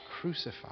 crucified